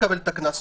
מקבל את הקנס,